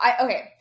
Okay